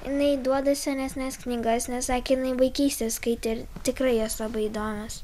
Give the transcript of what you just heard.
jinai duoda senesnes knygas nes sakė jinai vaikystėje skaitė ir tikrai jos labai įdomios